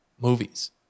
movies